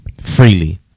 freely